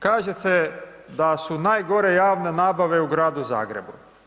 Kaže se da su najgore javne nabave u gradu Zagrebu.